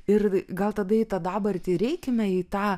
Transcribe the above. ir gal tada į tą dabartį ir eikime į tą